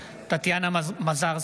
(קורא בשמות חברי הכנסת) טטיאנה מזרסקי,